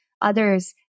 others